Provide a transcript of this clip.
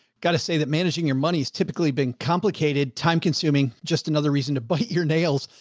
got to say that managing your money is typically been complicated. time-consuming just another reason to bite your nails.